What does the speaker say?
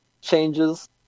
Changes